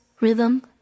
rhythm